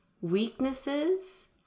weaknesses